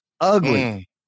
ugly